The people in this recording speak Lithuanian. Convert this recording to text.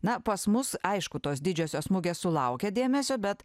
na pas mus aišku tos didžiosios mugės sulaukia dėmesio bet